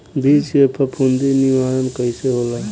बीज के फफूंदी निवारण कईसे होला?